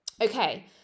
Okay